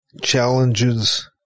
challenges